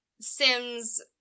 Sims